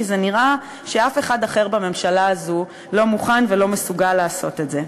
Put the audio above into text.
כי נראה שאף אחד אחר בממשלה הזאת לא מוכן ולא מסוגל לעשות את זה.